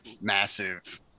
massive